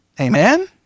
Amen